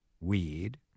weed